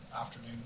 afternoon